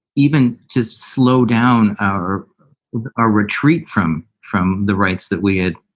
even to slow down our our retreat from from the rights that we had,